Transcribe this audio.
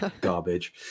Garbage